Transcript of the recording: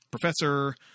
professor